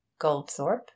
goldthorpe